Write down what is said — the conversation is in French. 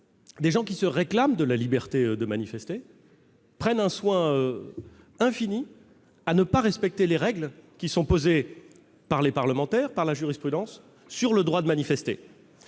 des gens qui se réclament de la liberté de manifester prennent un soin infini à ne pas respecter les règles posées par les parlementaires et par la jurisprudence sur le droit de manifester.